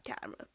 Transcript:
camera